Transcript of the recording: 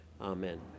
Amen